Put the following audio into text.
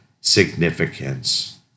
significance